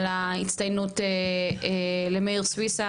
על ההצטיינות למאיר סוויסה